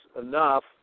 enough